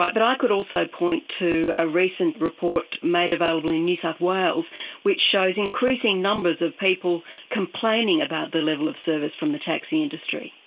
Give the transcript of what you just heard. but but i could also point to a recent report made available in new south wales which shows increasing numbers of people complaining about the level of service from the taxi industry,